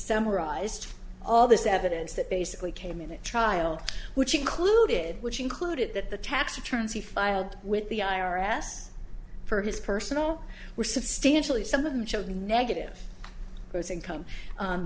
summarized all this evidence that basically came in a trial which included which included that the tax returns he filed with the i r s for his personal were substantially some of them showed negative gross income